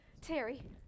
Terry